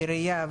העירייה,